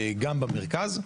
גם במרכז.